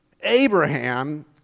Abraham